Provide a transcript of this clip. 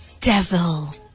Devil